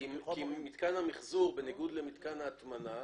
מתקן המחזור, בניגוד למתקן ההטמנה,